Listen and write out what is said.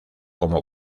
como